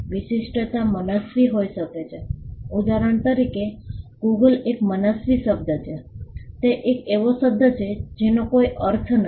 વિશિષ્ટતા મનસ્વી હોઈ શકે છે ઉદાહરણ તરીકે ગૂગલ એક મનસ્વી શબ્દ છે તે એક એવો શબ્દ છે જેનો કોઈ અર્થ નથી